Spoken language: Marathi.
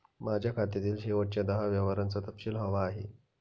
माझ्या खात्यातील शेवटच्या दहा व्यवहारांचा तपशील हवा आहे